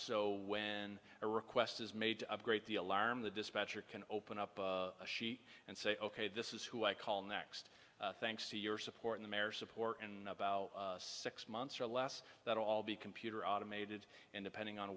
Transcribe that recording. so when a request is made to upgrade the alarm the dispatcher can open up a sheet and say ok this is who i call next thanks to your support the mayor support and about six months or less that all be computer automated and depending on